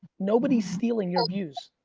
nobody's stealing your views.